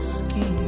ski